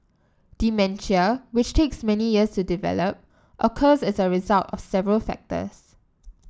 dementia which takes many years to develop occurs as a result of several factors